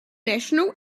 national